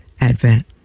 Advent